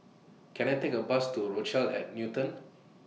Can I Take A Bus to Rochelle At Newton